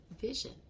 vision